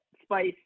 spice